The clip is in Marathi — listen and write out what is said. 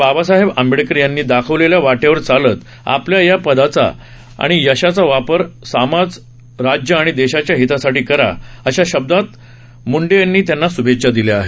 बाबासाहेब आंबेडकर यांनी दाखवलेल्या वाटेवर चालत आपल्या या यशाचा आणि पदाचा वापर समाज राज्य आणि देशाच्या हितासाठी करा अशा शब्दांत मुंडे यांनी त्यांना श्भेच्छा दिल्या आहेत